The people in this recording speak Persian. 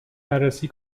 بررسی